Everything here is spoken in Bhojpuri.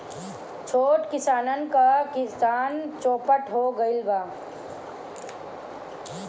छोट किसानन क किसानी चौपट हो गइल बा